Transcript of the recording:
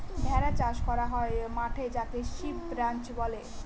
ভেড়া চাষ করা হয় মাঠে যাকে সিপ রাঞ্চ বলে